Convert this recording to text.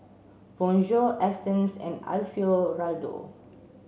Bonjour Astons and Alfio Raldo